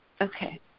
Okay